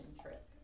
trip